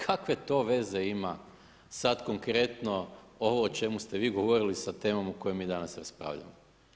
Kakve to veze ima sad konkretno ovo o čemu ste vi govorili sa temom o kojoj mi danas raspravljamo.